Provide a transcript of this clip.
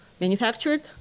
manufactured